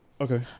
Okay